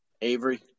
Avery